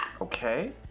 Okay